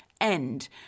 end